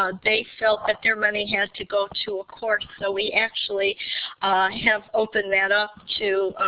um they felt that their money had to go to a course. so we actually have opened that up to,